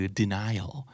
denial